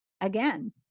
again